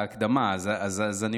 אז אני אומר,